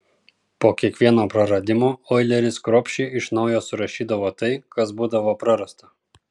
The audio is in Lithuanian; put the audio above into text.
po kiekvieno praradimo oileris kruopščiai iš naujo surašydavo tai kas būdavo prarasta